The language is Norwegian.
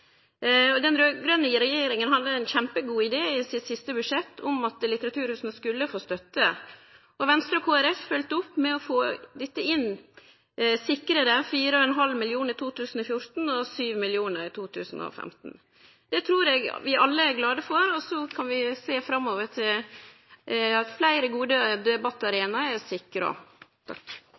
riktig. Den raud-grøne regjeringa hadde ein kjempegod idé i det siste budsjettet sitt om at litteraturhusa skulle få støtte. Venstre og Kristelig Folkeparti følgde opp med å få dette inn: sikra dei 4,5 mill. kr i 2014 og 7 mill. kr i 2015. Det trur eg vi alle er glade for, og så kan vi sjå fram til at fleire gode debattarenaer er sikra.